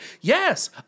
Yes